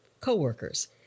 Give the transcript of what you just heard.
co-workers